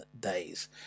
days